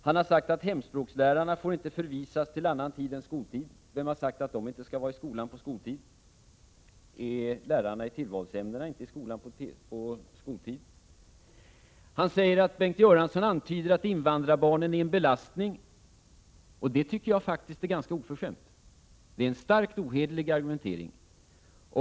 Han säger vidare att hemspråkslärarna inte får förvisas till annan tid än skoltid. Vem har sagt att de inte skall vara i skolan på skoltid? Är lärarna i tillvalsämnena inte i skolan på skoltid? Larz Johansson säger också att jag antyder att invandrarbarnen är en belastning. Jag tycker att detta påstående är ganska oförskämt och ett mycket ohederligt argument.